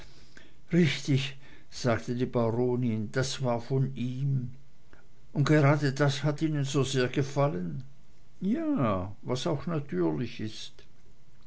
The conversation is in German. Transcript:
richtig sagte die baronin das war von ihm und gerade das hat ihnen so sehr gefallen ja was auch natürlich ist